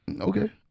Okay